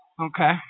okay